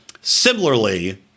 similarly